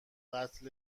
قتل